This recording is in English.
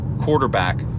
quarterback